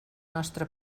nostre